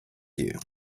you